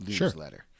newsletter